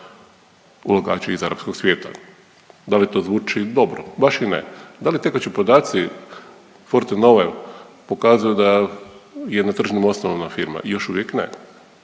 ulagače iz arapskog svijeta. Da li to zvuči dobro? Baš i ne. Da li tekući podaci Fortenove pokazuju da je na tržnim osnovama firma? Još uvijek ne.